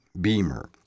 Beamer